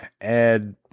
add